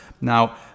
Now